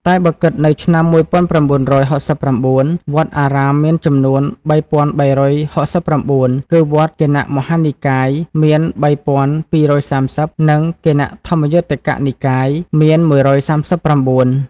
តែបើគិតនៅឆ្នាំ១៩៦៩ វត្ត អារាមមានចំនួន ៣៣៦៩ គឺ វត្ត គណៈមហានិកាយមាន ៣២៣០ និងគណៈធម្មយុត្តិកនិកាយមាន ១៣៩ ។